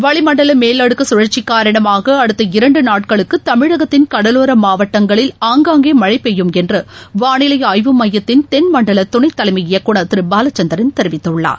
வளிமண்டலமேலடுக்குகழற்சிகாரணமாகஅடுத்த இரண்டுநாட்களுக்குதமிழகத்தின் கடலோரமாவட்டங்களில் ஆங்காங்கேமழைபெய்யும் என்றுவாளிலைஆய்வு மையத்தின் தெள் மண்டலதுணைதலைமை இயக்குநர் திருபாலச்சந்திரன் தெரிவித்துள்ளார்